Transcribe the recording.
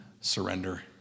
surrender